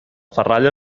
ferralla